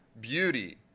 beauty